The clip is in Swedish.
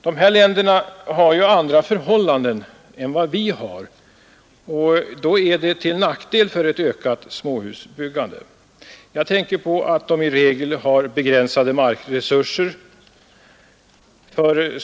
De här länderna har ju andra förhållanden än vad vi har, jag tänker på att de i regel har begränsade markresurser.